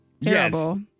terrible